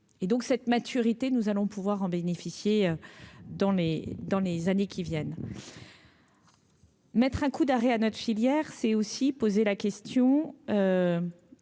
et donc cette maturité, nous allons pouvoir en bénéficier dans les dans les années qui viennent. Mettre un coup d'arrêt à notre filière c'est aussi poser la question.